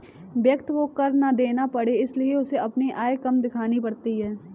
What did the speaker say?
व्यक्ति को कर ना देना पड़े इसलिए उसे अपनी आय कम दिखानी पड़ती है